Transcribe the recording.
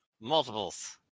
Multiples